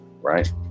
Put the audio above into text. right